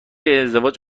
ازدواج